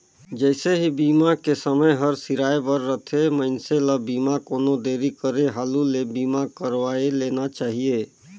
जइसे ही बीमा के समय हर सिराए बर रथे, मइनसे ल बीमा कोनो देरी करे हालू ले बीमा करवाये लेना चाहिए